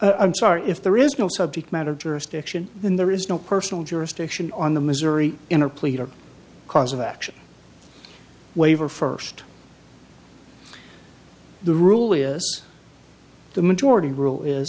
i'm sorry if there is no subject matter jurisdiction then there is no personal jurisdiction on the missouri in or plead our cause of action waiver first the rule is the majority rule is